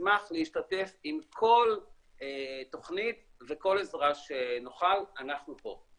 ישמח להשתתף עם כל תוכנית וכל עזרה שנוכל אנחנו פה.